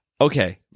okay